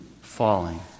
falling